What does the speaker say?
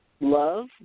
love